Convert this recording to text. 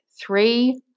Three